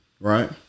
Right